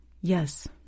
Yes